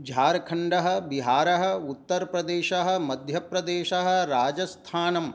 झारखण्डः बिहारः उत्तर्प्रदेशः मध्यप्रदेशः राजस्थानम्